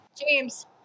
James